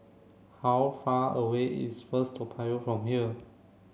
how far away is First Toa Payoh from here